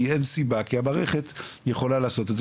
כי המערכת יכולה לעשות את זה,